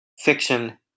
fiction